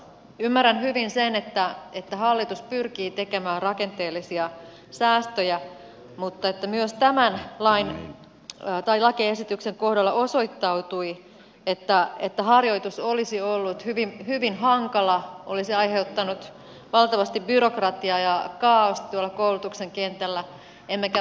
ymmärrän hyvin sen että hallitus pyrkii tekemään rakenteellisia säästöjä mutta myös tämän lakiesityksen kohdalla osoittautui että harjoitus olisi ollut hyvin hankala olisi aiheuttanut valtavasti byrokratiaa ja kaaosta tuolla koulutuksen kentällä emmekä voisi ollenkaan ennakoida sitä että